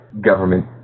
government